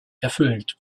erfüllt